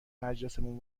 مجلسمون